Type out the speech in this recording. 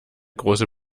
große